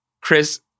Chris